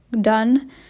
done